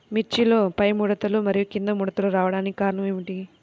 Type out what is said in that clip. మిర్చిలో పైముడతలు మరియు క్రింది ముడతలు రావడానికి కారణం ఏమిటి?